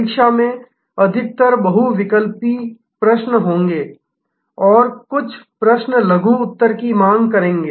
परीक्षा में अधिकतर बहुविकल्पीय प्रश्न होंगे और कुछ प्रश्न लघु उत्तर की मांग करेंगे